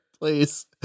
please